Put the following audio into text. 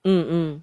mm mm